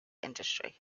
industry